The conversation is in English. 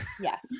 Yes